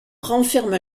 renferme